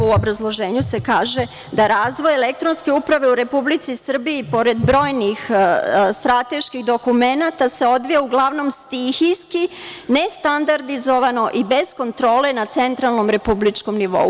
U obrazloženju se kaže da razvoj elektronske uprave u Republici Srbiji, pored brojnih strateških dokumenata se odvija uglavnom stihijski, nestandardizovano i bez kontrole na centralnom republičkom nivou.